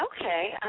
Okay